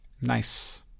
nice